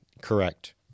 Correct